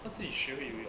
他自己学游泳